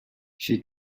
she